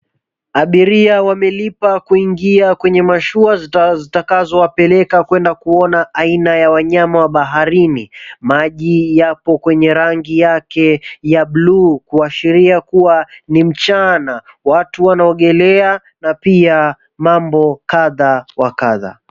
Abiria wamelipa kuingia kwenye mashua zitakazo wapeleka kwenda kuona aina ya wanyama wa baharini. Maji yapo kwenye rangi yake ya bluu kuashiria kuwa ni mchana. Watu wanaogelea na pia ma𝑚bo kadha wa kadha.